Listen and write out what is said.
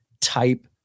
type